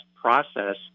process